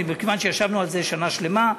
מכיוון שישבנו על זה שנה שלמה,